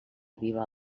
aviva